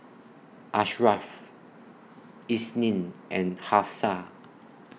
Ashraff Isnin and Hafsa